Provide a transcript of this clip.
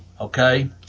okay